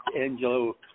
Angelo